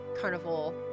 carnival